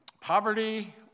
poverty